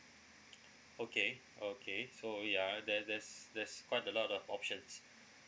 okay okay so ya that that's that's quite a lot of options